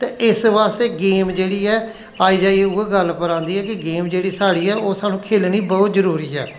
ते इस बास्तै गेम जेह्ड़ी ऐ आई जाइयै उ'ऐ गल्ल पर आंदी ऐ कि गेम जेह्ड़ी साढ़ी ऐ ओह् सानू खेलनी बहुत जरूरी ऐ